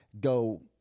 go